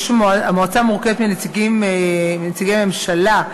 המועצה מורכבת מנציגי ממשלה,